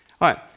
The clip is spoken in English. right